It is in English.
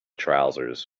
trousers